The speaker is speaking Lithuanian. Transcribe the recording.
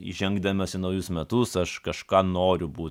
įžengdamas į naujus metus aš kažką noriu būt